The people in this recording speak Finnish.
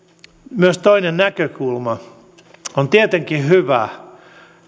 myös toinen näkökulma on tietenkin hyvä